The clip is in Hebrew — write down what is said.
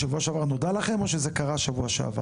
שבוע שעבר זה נודע לכם או שזה קרה שבוע שעבר?